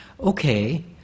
Okay